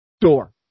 door